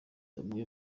bamwe